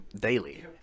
daily